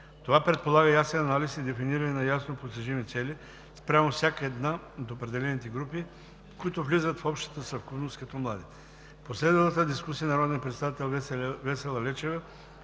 Това предполага ясен анализ и дефиниране на ясно постижими цели спрямо всяка една от определените групи, които влизат в общата съвкупност като млади. В последвалата дискусия народният представител Весела Лечева